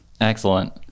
Excellent